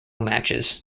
matches